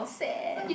sad